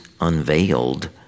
unveiled